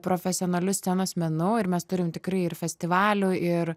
profesionaliu scenos menų ir mes turim tikrai ir festivaliu ir